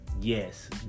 Yes